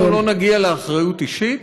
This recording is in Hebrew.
כל עוד לא נגיע לאחריות אישית,